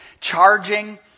charging